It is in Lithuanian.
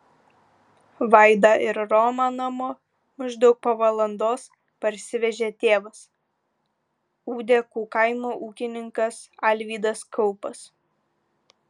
vaidą ir romą namo maždaug po valandos parsivežė tėvas ūdekų kaimo ūkininkas alvydas kaupas